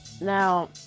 Now